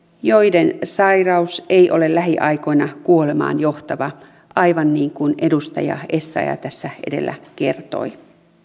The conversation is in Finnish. joiden sairaus ei ole lähiaikoina kuolemaan johtava aivan niin kuin edustaja essayah tässä edellä kertoi